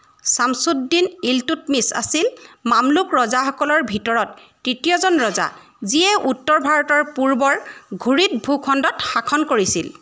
ছামছ্ উদ দিন ইলটুটমিছ আছিল মামলুক ৰজাসকলৰ ভিতৰত তৃতীয়জন ৰজা যিয়ে উত্তৰ ভাৰতৰ পূৰ্বৰ ঘুৰিদ ভূখণ্ডত শাসন কৰিছিল